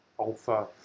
alpha